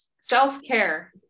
self-care